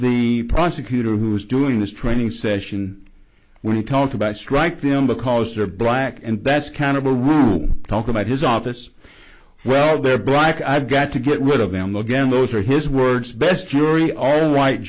the prosecutor who's doing this training session we talked about strike them because they're black and that's kind of or we'll talk about his office well they're black i've got to get rid of them again those are his words best jury all